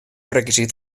requisit